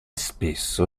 spesso